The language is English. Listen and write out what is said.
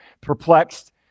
perplexed